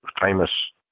famous